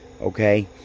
Okay